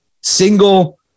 single